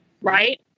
right